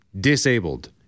disabled